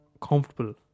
comfortable